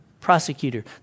Prosecutor